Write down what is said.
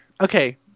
Okay